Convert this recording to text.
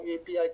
API